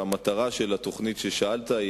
והמטרה של התוכנית ששאלת,